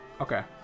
okay